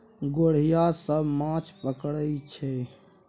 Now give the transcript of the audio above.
गोढ़िया सब माछ पकरई छै